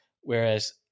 Whereas